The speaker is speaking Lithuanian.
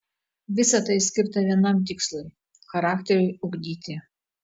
visa tai skirta vienam tikslui charakteriui ugdyti